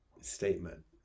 statement